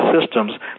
systems